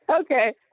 okay